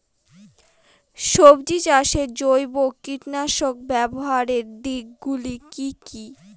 সবজি চাষে জৈব কীটনাশক ব্যাবহারের দিক গুলি কি কী?